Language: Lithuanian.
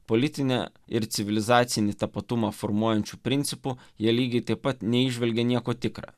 politinį ir civilizacinį tapatumą formuojančiu principu jie lygiai taip pat neįžvelgia nieko tikra